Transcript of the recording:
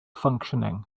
functioning